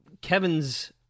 Kevin's